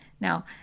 Now